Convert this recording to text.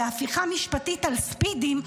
בהפיכה משפטית על ספידים,